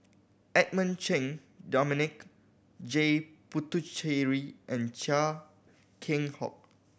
Edmund Cheng Dominic J Puthucheary and Chia Keng Hock